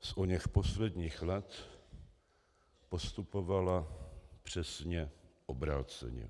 z oněch posledních let postupovala přesně obráceně.